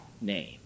name